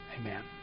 Amen